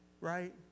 right